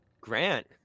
Grant